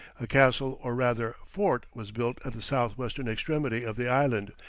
a castle or rather fort was built at the south-western extremity of the island,